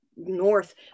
North